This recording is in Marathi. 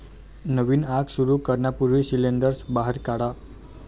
नवीन आग सुरू करण्यापूर्वी सिंडर्स बाहेर काढा